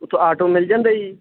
ਉੱਥੋਂ ਆਟੋ ਮਿਲ ਜਾਂਦਾ ਜੀ